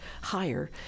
higher